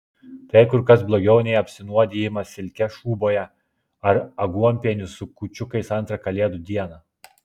tai kur kas blogiau nei apsinuodijimas silke šūboje ar aguonpieniu su kūčiukais antrą kalėdų dieną